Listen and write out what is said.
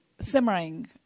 simmering